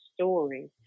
story